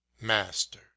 MASTER